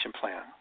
plan